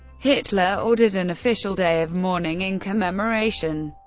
hitler ordered an official day of mourning in commemoration.